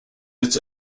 its